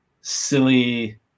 silly